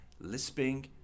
lisping